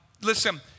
listen